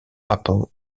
apple